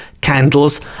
candles